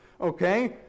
Okay